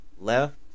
left